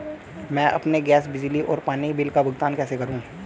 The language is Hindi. मैं अपने गैस, बिजली और पानी बिल का भुगतान कैसे करूँ?